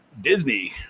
disney